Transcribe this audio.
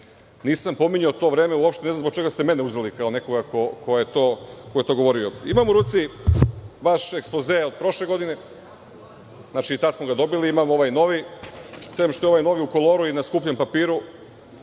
Nisam pominjao to vreme uopšte. Ne znam zbog čega ste mene uzeli kao nekoga ko je to govorio. Imam u ruci vaš ekspoze od prošle godine, i tad smo ga dobili. Imam ovaj novi. Sem što je ovaj novi u koloru i na skupljem papiru,